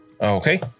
Okay